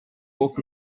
walk